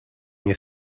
you